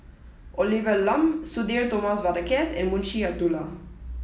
Olivia Lum Sudhir Thomas Vadaketh and Munshi Abdullah